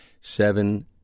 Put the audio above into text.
seven